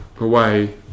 away